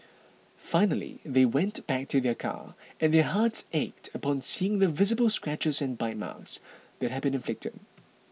finally they went back to their car and their hearts ached upon seeing the visible scratches and bite marks that had been inflicted